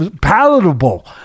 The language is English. palatable